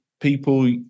people